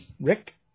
Rick